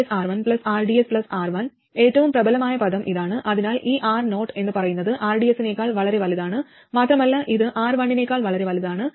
ഏറ്റവും പ്രബലമായ പദം ഇതാണ് അതിനാൽ ഈ Ro എന്ന് പറയുന്നത് rds നേക്കാൾ വളരെ വലുതാണ് മാത്രമല്ല ഇത് R1 നേക്കാൾ വളരെ വലുതാണ്